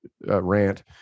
rant